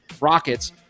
Rockets